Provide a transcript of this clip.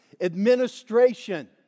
Administration